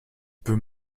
peut